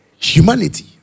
humanity